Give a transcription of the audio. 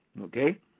Okay